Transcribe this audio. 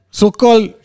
so-called